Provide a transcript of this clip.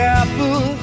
apple